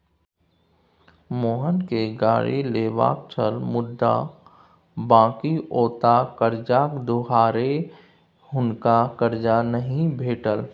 मोहनकेँ गाड़ी लेबाक छल मुदा बकिऔता करजाक दुआरे हुनका करजा नहि भेटल